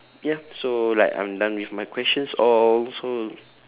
ya so like I'm done with my questions all so